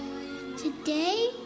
Today